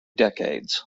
decades